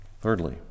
Thirdly